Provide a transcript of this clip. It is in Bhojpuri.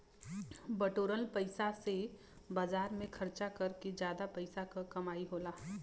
बटोरल पइसा से बाजार में खरचा कर के जादा पइसा क कमाई होला